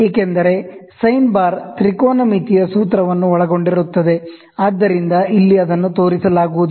ಏಕೆಂದರೆ sine bar ತ್ರಿಕೋನಮಿತಿಯ ಸೂತ್ರ ವನ್ನು ಒಳಗೊಂಡಿರುತ್ತದೆ ಆದ್ದರಿಂದ ಇಲ್ಲಿ ಅದನ್ನು ತೋರಿಸಲಾಗುವುದಿಲ್ಲ